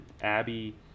Abby